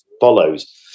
follows